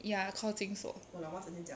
ya called 金锁